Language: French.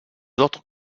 autres